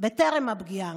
בטרם הפגיעה.